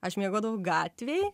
aš miegodavau gatvėj